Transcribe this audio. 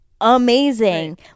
amazing